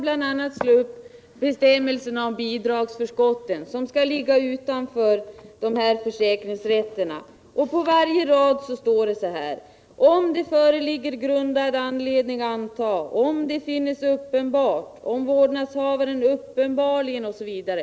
Sådana ärenden skall ligga utanför försäkringsrätterna. På så gott som varje rad i bestämmelserna finner man uttryck som ”om det föreligger grundad anledning anta”, ”om det befinnes uppenbart”, ”om vårdnadshavaren uppenbarligen” osv.